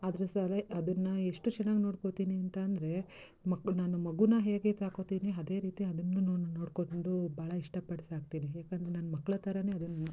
ಆದರೂ ಸರಿ ಅದನ್ನು ಎಷ್ಟು ಚೆನ್ನಾಗಿ ನೋಡ್ಕೊಳ್ತೀನಿ ಅಂತ ಅಂದರೆ ಮಕ್ಳು ನಾನು ಮಗುನ ಹೇಗೆ ಸಾಕೊಳ್ತೀನಿ ಅದೇ ರೀತಿ ಅದನ್ನು ನೋಡಿಕೊಂಡು ಬಹಳ ಇಷ್ಟಪಟ್ಟು ಸಾಕ್ತೀನಿ ಏಕೆಂದ್ರೆ ನನ್ನ ಮಕ್ಳು ಥರನೆ ಅದೂ